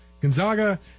Gonzaga